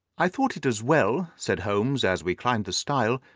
i thought it as well, said holmes as we climbed the stile,